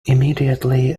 immediately